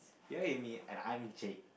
you're Amy and I'm Jake